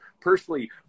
Personally